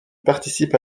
participe